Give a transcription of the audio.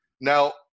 Now